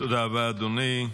תודה רבה, אדוני.